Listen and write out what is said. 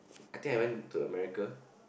I think I went to America